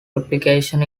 replication